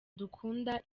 dukunda